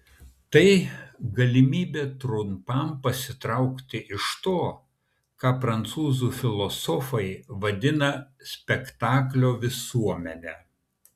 tai galimybė trumpam pasitraukti iš to ką prancūzų filosofai vadina spektaklio visuomene